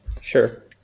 sure